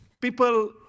people